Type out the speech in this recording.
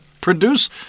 produce